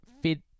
fit